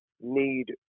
need